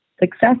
success